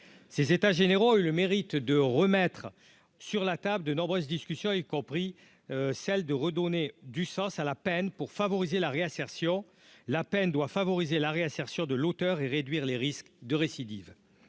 ces états généraux, eu le mérite de remettre sur la table de nombreuses discussions, y compris celle de redonner du sens à la peine pour favoriser la réinsertion, la peine doit favoriser la réinsertion de l'auteur et réduire les risques de récidive,